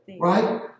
Right